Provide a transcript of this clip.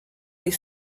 les